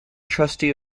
trustee